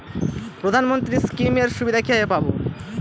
প্রধানমন্ত্রী স্কীম এর সুবিধা কিভাবে পাবো?